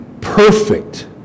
perfect